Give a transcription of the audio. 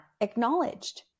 acknowledged